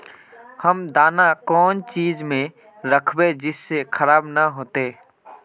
हम दाना कौन चीज में राखबे जिससे खराब नय होते?